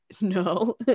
no